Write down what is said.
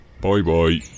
Bye-bye